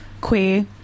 queer